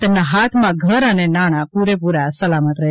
તેમના હાથમાં ઘર અને નાણાં પૂરેપુરા સલામત રહે છે